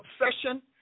obsession